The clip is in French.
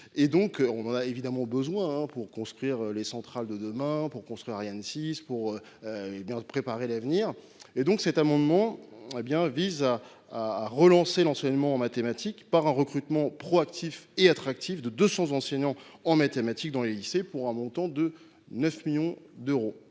des talents pour construire les centrales de demain, les lanceurs dans la lignée d’Ariane 6, pour bien préparer l’avenir. Cet amendement vise donc à relancer l’enseignement en mathématiques par un recrutement proactif et attractif de 200 enseignants en mathématiques dans les lycées, pour un montant de 9 millions d’euros.